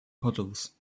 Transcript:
puddles